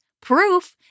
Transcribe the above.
proof